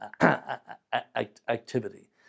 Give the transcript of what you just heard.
activity